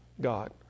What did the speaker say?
God